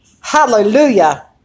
hallelujah